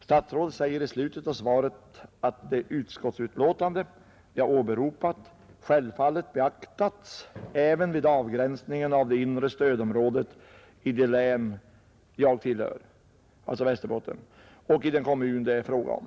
Statsrådet säger i slutet av svaret att det utlåtande jag åberopat självfallet beaktats även vid avgränsningen av det inre stödområdet i det 103 län jag representerar, alltså Västerbottens, och i den kommun det är fråga om.